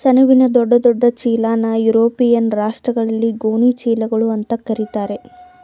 ಸೆಣಬಿನ ದೊಡ್ಡ ದೊಡ್ಡ ಚೀಲನಾ ಯುರೋಪಿಯನ್ ರಾಷ್ಟ್ರಗಳಲ್ಲಿ ಗೋಣಿ ಚೀಲಗಳು ಅಂತಾ ಕರೀತಾರೆ